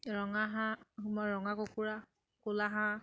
ৰঙা হাঁহ ৰঙা কুকুৰা ক'লা হাঁহ